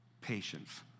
Patience